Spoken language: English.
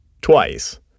twice